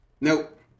Nope